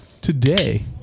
today